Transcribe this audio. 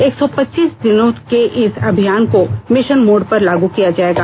एक सौ पच्चीस दिनों के इस अभियान को मिशन मोड पर लागू किया जाएगा